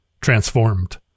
transformed